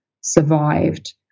survived